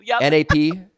N-A-P